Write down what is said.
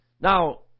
Now